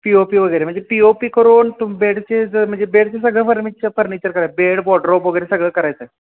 पि O P वगैरे म्हणजे P O P करून तुम बेडचे जर म्हणजे बेडचे सगळं फर्निच फर्निचर करा बेड बॉड्रॉप वगैरे सगळं करायचं आहे